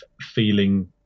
feeling